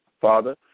Father